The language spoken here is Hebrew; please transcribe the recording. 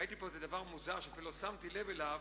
ראיתי כאן איזה דבר מוזר שאפילו לא שמתי לב אליו,